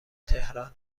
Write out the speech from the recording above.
تهران